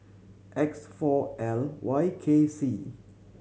X four L Y K C